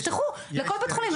תפתחו בכל בית חולים.